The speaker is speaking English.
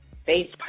face